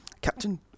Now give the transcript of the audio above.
Captain